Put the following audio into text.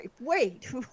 Wait